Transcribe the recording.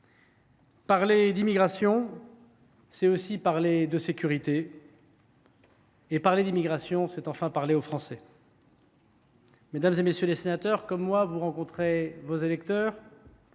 Parler d’immigration, c’est également parler de sécurité. Enfin, parler d’immigration, c’est parler aux Français. Mesdames, messieurs les sénateurs, comme moi, vous rencontrez vos électeurs